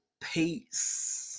Peace